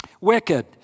Wicked